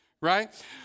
Right